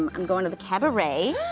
going to the cabaret.